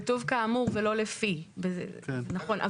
כתוב כאמור ולא לפי, זה נכון.